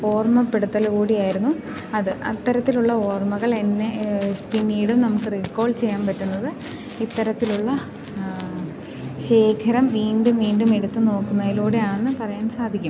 ഓർമ്മപ്പെടുത്തൽ കൂടിയായിരുന്നു അത് അത്തരത്തിലുള്ള ഓർമ്മകൾ എന്നെ പിന്നീടും നമുക്ക് റീകോൾ ചെയ്യാൻ പറ്റുന്നത് ഇത്തരത്തിലുള്ള ശേഖരം വീണ്ടും വീണ്ടും എടുത്തു നോക്കുന്നതിലൂടെ ആണെന്നു പറയാൻ സാധിക്കും